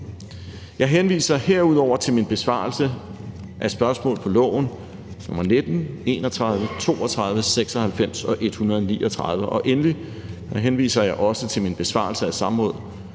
Jeg henviser herudover til min besvarelse af spørgsmål til lovforslaget nr. 19, 31, 32, 96 og 139, og endelig henviser jeg til min besvarelse af spørgsmål